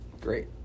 Great